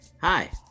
Hi